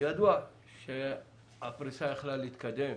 ידוע שהפריסה יכולה הייתה להתקדם